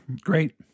Great